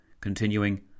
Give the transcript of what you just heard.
continuing